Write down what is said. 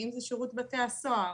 אם זה שירות בתי הסוהר,